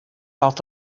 thought